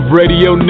radio